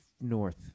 north